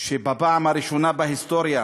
שבפעם הראשונה בהיסטוריה